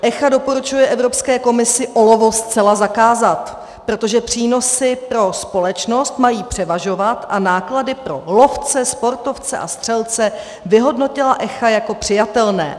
ECHA doporučuje Evropské komisi olovo zcela zakázat, protože přínosy pro společnost mají převažovat, a náklady pro lovce, sportovce a střelce vyhodnotila ECHA jako přijatelné.